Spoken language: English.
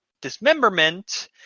dismemberment